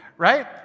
right